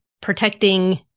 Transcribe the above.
protecting